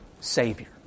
Savior